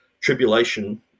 tribulation